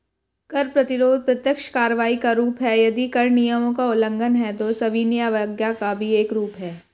कर प्रतिरोध प्रत्यक्ष कार्रवाई का रूप है, यदि कर नियमों का उल्लंघन है, तो सविनय अवज्ञा का भी एक रूप है